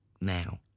now